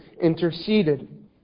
interceded